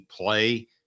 play